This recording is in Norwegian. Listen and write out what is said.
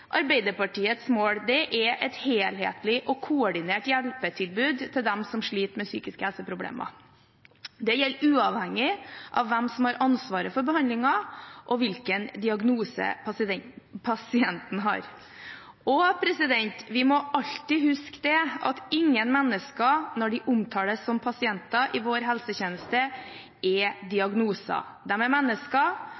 Arbeiderpartiets mål er et helhetlig og koordinert hjelpetilbud til dem som sliter med psykiske helseproblemer. Det gjelder uavhengig av hvem som har ansvaret for behandlingen, og hvilken diagnose pasienten har. Vi må alltid huske at ingen mennesker, når de omtales som pasienter i vår helsetjeneste, er diagnoser. De er mennesker.